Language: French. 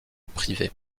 privé